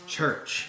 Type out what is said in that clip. Church